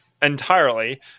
entirely